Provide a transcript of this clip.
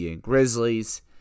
Grizzlies